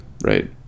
right